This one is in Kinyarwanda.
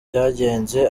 byagenze